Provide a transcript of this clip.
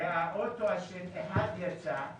ואוטו אחד יצא,